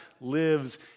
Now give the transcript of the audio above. lives